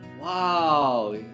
wow